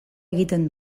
egiten